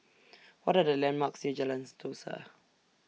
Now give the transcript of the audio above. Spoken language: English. What Are The landmarks near Jalan Sentosa